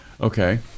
Okay